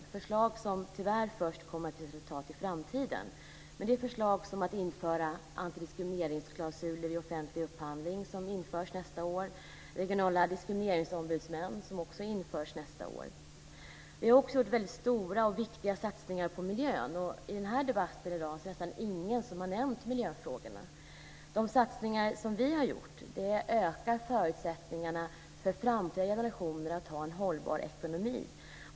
Det är förslag - vilka tyvärr kommer att ge resultat först i framtiden - som att införa en antidiskrimineringsklausul vid offentlig upphandling, vilket sker nästa år, samt regionala diskrimineringsombudsmän, vilket också sker nästa år. Vi har också gjort väldigt stora och viktiga satsningar på miljön. I dagens debatt är det nästan ingen som har nämnt miljöfrågorna. De satsningar vi har gjort ökar förutsättningarna för framtida generationer att ha en hållbar ekonomi.